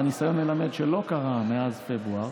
והניסיון מלמד שזה לא קרה מאז פברואר.